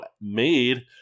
made